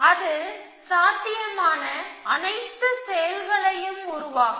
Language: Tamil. அது சாத்தியமான அனைத்து செயல்களையும் உருவாக்கும்